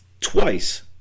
twice